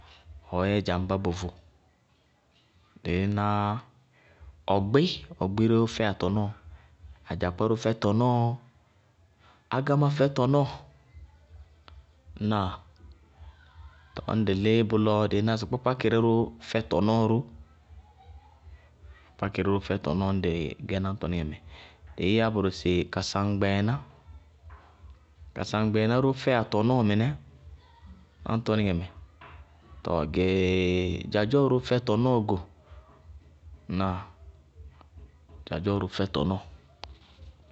Ɔɔ yɛ dzaŋbá bʋ vʋʋ. Dɩí ná ɔgbí, ɔgbí ró fɛyá tɔnɔɔ, adzakpá ró fɛ tɔnɔɔ, ágámá fɛ tɔnɔɔ. Ŋnáa? Tɔɔ ñŋ dɩ lí bʋlɔ dɩí ná sɩ kpákpákɩrɛ ró fɛ tɔnɔɔ ró, kpákpákɩrɛ ró fɛ tɔnɔɔ ñŋ dɩ gɛ náŋtɔnɩŋɛ mɛ, dɩí yá bʋrʋ sɩ kasaŋgbɛɛná, kasaŋgbɛɛná ró fɛ yá tɔnɔɔ mɩnɛ náŋtɔnɩŋɛ mɛ. Tɔɔ gɛɛɛ dzadzɔɔ ró fɛ tɔnɔɔ go. Ŋnáa? Dzadzɔɔ ró fɛ tɔnɔɔ.